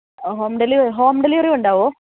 home delivery home delivery ഉണ്ടാവുമോ